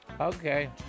Okay